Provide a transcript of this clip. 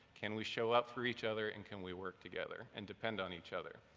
can we show up for each other and can we work together and depend on each other?